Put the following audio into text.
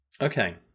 Okay